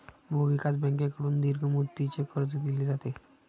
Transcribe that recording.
भूविकास बँकेकडून दीर्घ मुदतीचे कर्ज दिले जाते